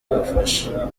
bafasha